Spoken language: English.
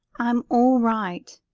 i'm all right.